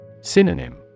Synonym